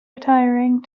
retiring